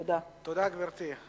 תודה, גברתי.